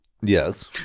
Yes